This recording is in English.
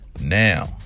Now